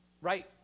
right